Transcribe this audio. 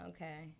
Okay